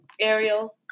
Ariel